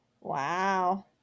Wow